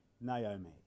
Naomi